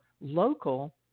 local